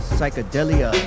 Psychedelia